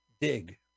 Dig